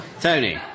Tony